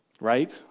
Right